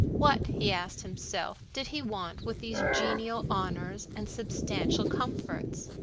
what, he asked himself, did he want with these genial honors and substantial comforts?